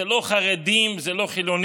זה לא חרדים, זה לא חילונים